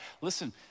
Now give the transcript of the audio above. listen